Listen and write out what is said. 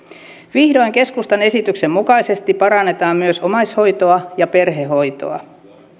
vihdoin keskustan esityksen mukaisesti parannetaan myös omaishoitoa ja perhehoitoa